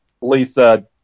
Lisa